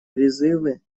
призывы